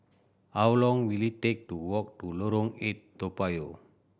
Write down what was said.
how long will it take to walk to Lorong Eight Toa Payoh